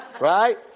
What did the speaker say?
Right